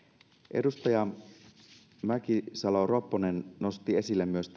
edustaja mäkisalo ropponen nosti esille myös